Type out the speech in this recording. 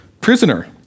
prisoner